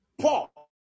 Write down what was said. Paul